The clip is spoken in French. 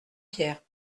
pierre